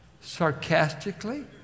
sarcastically